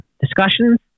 discussions